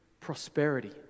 prosperity